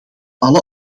alle